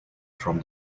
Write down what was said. from